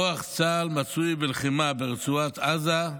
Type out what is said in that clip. כשכוח צה"ל מצוי בלחימה ברצועת עזה,